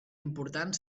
important